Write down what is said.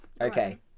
okay